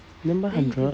then buy hundred